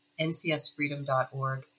ncsfreedom.org